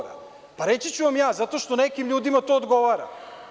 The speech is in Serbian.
Reći ću vam ja, zato što nekim ljudima to odgovara.